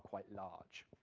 quite large.